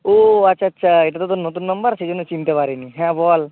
ও আচ্ছা আচ্ছা এটা তো তোর নতুন নাম্বার সেই জন্য চিনতে পারিনি হ্যাঁ বল